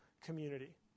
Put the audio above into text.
community